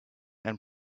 and